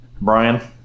brian